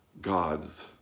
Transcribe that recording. God's